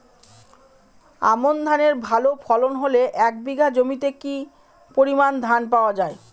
আমন ধানের ভালো ফলন হলে এক বিঘা জমিতে কি পরিমান ধান পাওয়া যায়?